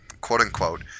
quote-unquote